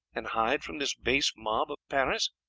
and hide from this base mob of paris!